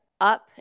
up